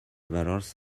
valors